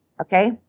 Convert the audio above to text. okay